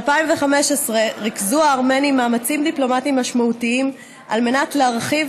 ב-2015 ריכזו הארמנים מאמצים דיפלומטיים משמעותיים על מנת להרחיב,